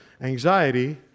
Anxiety